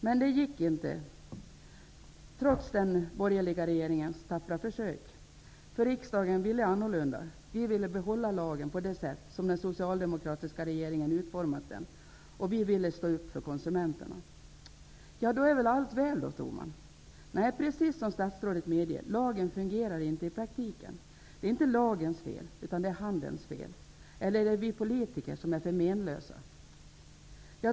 Men det gick inte, trots den borgerliga regeringens tappra försök. Riksdagen ville nämligen annorlunda. Riksdagen ville behålla lagen på det sätt som den socialdemokratiska regeringen hade utformat den. Vi i riksdagen ville stå upp för konsumenterna. Då tror man väl att allt är väl. Nej, precis som statsrådet medger, fungerar lagen inte i praktiken. Det är inte lagens fel. Det är handelns fel. Eller är det vi politiker som är för menlösa?